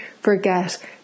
forget